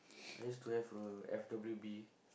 I used to have a F_W_B